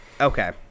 Okay